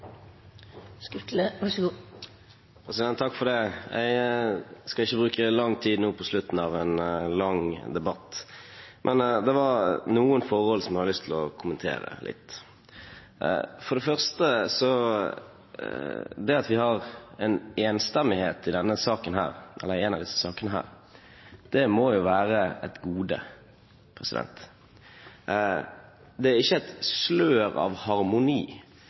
Jeg skal ikke bruke lang tid nå på slutten av en lang debatt, men det er noen forhold jeg har lyst til å kommentere litt. For det første: Det at vi har en enstemmighet i en av disse sakene her, må jo være et gode. Det er ikke et slør av harmoni,